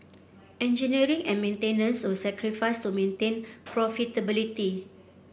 engineering and maintenance were sacrificed to maintain profitability